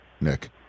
Nick